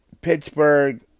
Pittsburgh